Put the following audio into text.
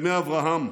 הסכמי אברהם.